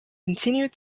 continued